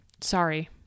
Sorry